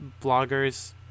bloggers